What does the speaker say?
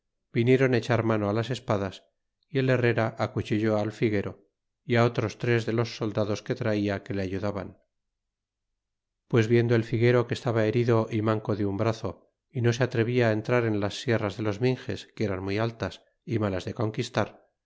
viniéron echar mano las espadas y el herrera acuchillé al figuero y otros tres de los soldados que traia que le ayudaban pues viendo el figuero que estaba herido y manco de un brazo y no se atrevia entrar en las sierras de los minxes que eran muy altas y malas de